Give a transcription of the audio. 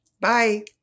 Bye